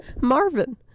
Marvin